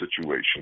situation